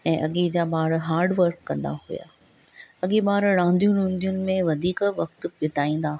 ऐं अॻे जा ॿार हार्ड वर्क कंदा हुआ अॻे ॿार रांदियूं रुंदियुनि में वधीक वक़्तु ॿिताईंदा हुआ